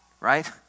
right